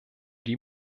die